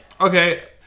Okay